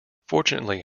fortunately